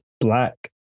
black